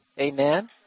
Amen